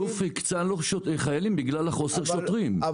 האלוף הקצה לו חיילים במקום החוסר שוטרים,